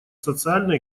социально